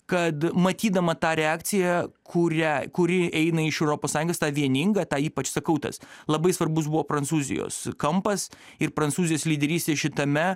kad matydama tą reakciją kurią kuri eina iš europos sąjungos tą vieningą tą ypač sakau tas labai svarbus buvo prancūzijos kampas ir prancūzijos lyderystė šitame